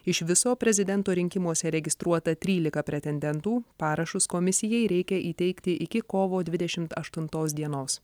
iš viso prezidento rinkimuose registruota trylika pretendentų parašus komisijai reikia įteikti iki kovo dvidešimt ašuntos dienos